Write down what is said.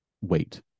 Wait